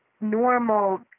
normal